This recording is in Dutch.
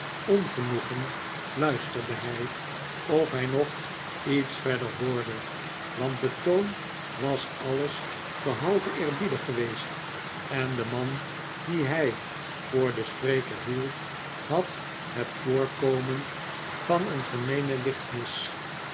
ongenoegen luisterde hij of hij nog iets verder hoorde want de toon was alles behalve eerbiedig geweest en de man dien hij voor den spreker hield had het voorkomen van een gemeenen lichtmis